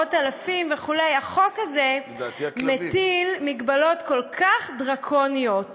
מאות אלפים וכו' החוק הזה מטיל הגבלות כל כך דרקוניות